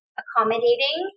accommodating